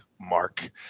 Mark